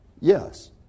Yes